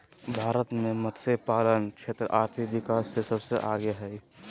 भारत मे मतस्यपालन क्षेत्र आर्थिक विकास मे सबसे आगे हइ